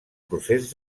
procés